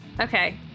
okay